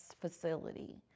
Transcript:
facility